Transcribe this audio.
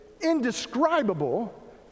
indescribable